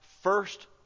first